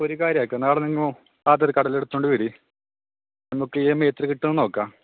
അപ്പോൾ ഒരു കാര്യം ആക്കാം നാളെ നിങ്ങൾ ആധാർ കാർഡ് എല്ലാം എടുത്തുകൊണ്ടുവരൂ നമുക്ക് ഇ എം ഐ എത്ര കിട്ടുമെന്ന് നോക്കാം